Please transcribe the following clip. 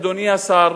אדוני השר,